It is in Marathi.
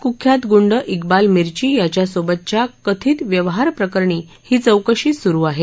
क्ख्यात ग्ंड इक्बाल मिर्ची याच्यासोबतच्या कथित व्यवहाराप्रकरणी ही चौकशी सुरू आहे